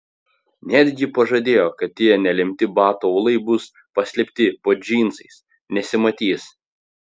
netgi pažadėjo kad tie nelemti batų aulai bus paslėpti po džinsais nesimatys